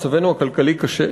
מצבנו הכלכלי קשה,